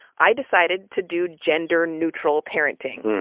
i decided to do gender neutral parenting.